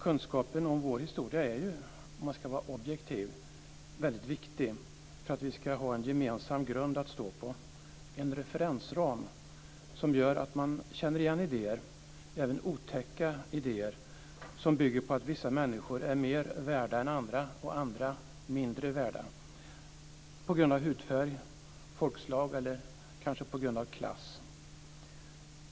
Kunskapen om vår historia är ju, om man ska vara objektiv, väldigt viktig för att vi ska ha en gemensam grund att stå på - en referensram som gör att man känner igen idéer, även otäcka idéer som bygger på att vissa människor är mer värda än andra och att andra är mindre värda på grund av hudfärg, folkslag eller kanske på grund av klass.